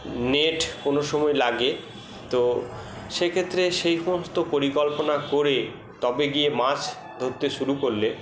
net কোনো সময় লাগে তো সেক্ষেত্রে সেই সমস্ত পরিকল্পনা করে তবে গিয়ে মাছ ধরতে শুরু করলে